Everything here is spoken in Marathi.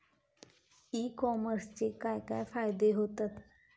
ई कॉमर्सचे काय काय फायदे होतत?